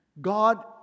God